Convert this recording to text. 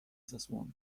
zasłony